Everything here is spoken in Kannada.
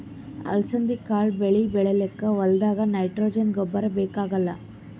ಅಲಸಂದಿ ಕಾಳ್ ಬೆಳಿ ಬೆಳಿಲಿಕ್ಕ್ ಹೋಲ್ದಾಗ್ ನೈಟ್ರೋಜೆನ್ ಗೊಬ್ಬರ್ ಬೇಕಾಗಲ್